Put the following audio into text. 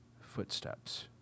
footsteps